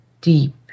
deep